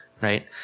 Right